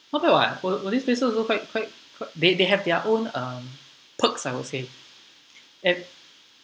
not bad [what] were these places also quite quite quite they they have their own uh perks I will say and